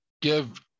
give